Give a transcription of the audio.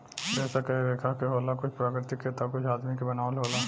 रेसा कए लेखा के होला कुछ प्राकृतिक के ता कुछ आदमी के बनावल होला